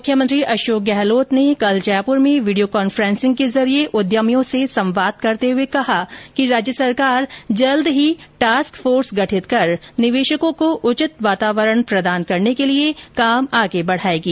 मुख्यमंत्री अशोक गहलोत ने कल जयपुर में वीडियो कांफ्रेंसिंग के जरिये उद्यमियों से संवाद करते हुए कहा कि राज्य सरकार जल्द टास्क फोर्स गठित कर निवेशकों को उचित वातावरण प्रदान करने का काम आगे बढायेगी